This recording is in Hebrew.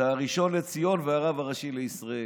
הראשון לציון והרב הראשי לישראל.